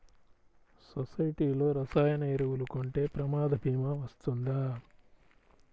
సొసైటీలో రసాయన ఎరువులు కొంటే ప్రమాద భీమా వస్తుందా?